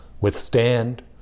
withstand